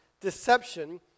deception